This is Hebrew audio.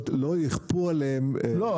לא ייכפו עליהם -- לא,